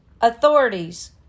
authorities